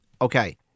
okay